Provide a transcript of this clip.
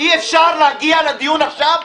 אי-אפשר להגיע לדיון עכשיו,